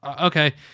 okay